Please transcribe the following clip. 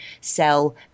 sell